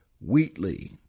Wheatley